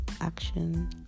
Action